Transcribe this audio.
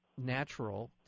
natural